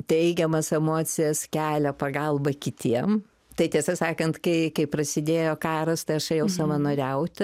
teigiamas emocijas kelia pagalba kitiem tai tiesą sakant kai kai prasidėjo karas tai aš ėjau savanoriaut